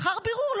ולאחר בירור,